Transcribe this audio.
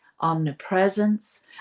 omnipresence